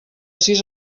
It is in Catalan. sis